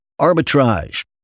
arbitrage